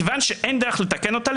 מכיוון שאין דרך לתקן אותה,